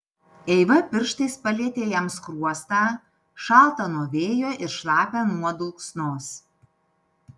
eiva pirštais palietė jam skruostą šaltą nuo vėjo ir šlapią nuo dulksnos